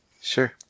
Sure